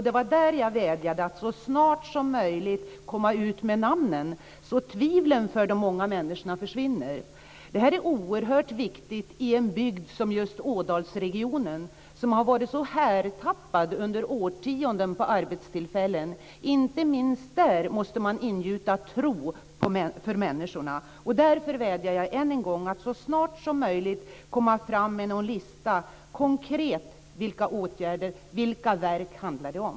Det var där jag vädjade att så snart som möjligt komma ut med namnen så att tvivlen för de många människorna försvinner. Det här är oerhört viktigt i en bygd som just Ådalsregionen, som har varit så härtappad under årtionden på arbetstillfällen. Inte minst där måste man ingjuta tro för människorna. Därför vädjar jag än en gång att så snart som möjligt komma med en lista på vilka åtgärder konkret och vilka verk det handlar om.